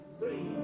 three